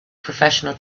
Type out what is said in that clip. personal